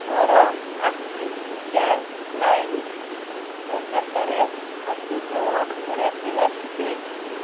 ମୋର Axis bank lime ଖାତାରେ ପର୍ଯ୍ୟାପ୍ତ ଅର୍ଥରାଶି ଅଛି କି